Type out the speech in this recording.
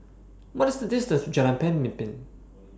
What IS The distance to Jalan Pemimpin